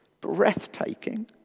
Breathtaking